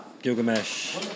Gilgamesh